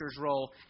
role